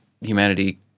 humanity